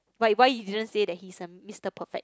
but why you didn't say that he's the Mister perfect